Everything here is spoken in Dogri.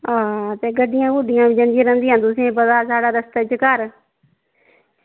ते गड्डियां जंदियां रौहंदियां ते तुसेंगी पता साढ़ा रस्ते च घर